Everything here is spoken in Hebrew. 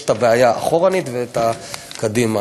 יש הבעיה אחורה, וקדימה.